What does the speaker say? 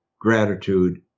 gratitude